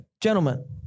gentlemen